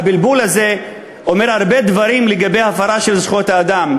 הבלבול הזה אומר הרבה דברים לגבי הפרה של זכויות האדם.